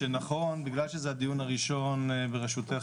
שנכון שבגלל שזה הדיון הראשון בראשותך,